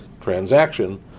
transaction